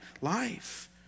life